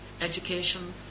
education